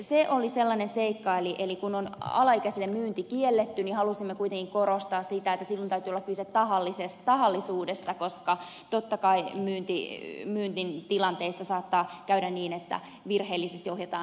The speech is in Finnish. se oli sellainen seikka että kun alaikäisille myynti on kielletty niin halusimme kuitenkin korostaa sitä että silloin täytyy olla kyse tahallisuudesta koska totta kai myyntitilanteessa saattaa käydä niin että virheellisesti ohjataan myyjää harhaan iän osalta